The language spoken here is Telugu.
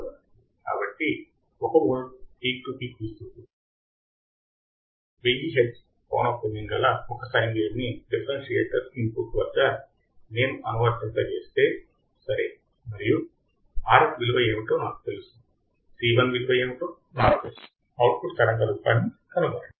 కాబట్టి 1 వోల్ట్ పీక్ టు పీక్ విస్తృతి 1000 హెర్ట్జ్ పౌనఃపున్యము గల ఒక సైన్ వేవ్ ని డిఫరెన్సియేటర్ ఇనుపుట్ వద్ద నేను అనువర్తింపజేస్తే సరే మరియు RF విలువ ఏమిటో నాకు తెలుసు C 1 విలువ ఏమిటో నాకు తెలుసు అవుట్పుట్ తరంగ రూపాన్ని కనుగొనండి